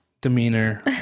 demeanor